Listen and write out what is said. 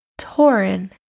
Torin